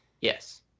Yes